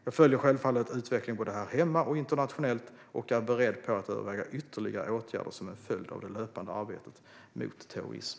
Jag följer självfallet utvecklingen både här hemma och internationellt och är beredd att överväga ytterligare åtgärder som en följd av det löpande arbetet mot terrorism.